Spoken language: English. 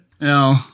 No